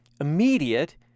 immediate